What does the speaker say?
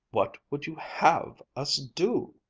what would you have us do!